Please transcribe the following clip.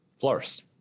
florist